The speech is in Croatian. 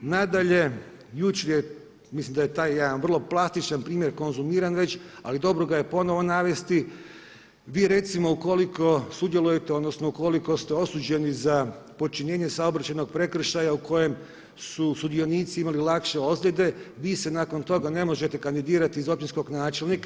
Nadalje, jučer je mislim da je taj jedan vrlo plastičan primjer konzumiran već, ali dobro ga je ponovo navesti vi recimo ukoliko sudjelujete odnosno ukoliko ste osuđeni za počinjenje saobraćajnog prekršaja u kojem su sudionici imali lakše ozljede, vi se nakon toga ne možete kandidirati za općinskog načelnika.